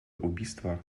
убийства